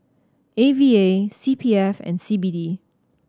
A V A C P F and C B D